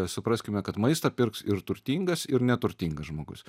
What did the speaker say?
supraskime kad maistą pirks ir turtingas ir neturtingas žmogus